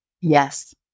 Yes